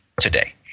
today